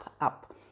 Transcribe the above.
up